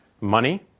money